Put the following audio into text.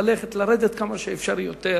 לרדת כמה שאפשר יותר,